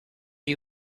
you